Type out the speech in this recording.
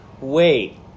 Wait